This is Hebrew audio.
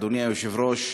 אדוני היושב-ראש,